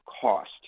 cost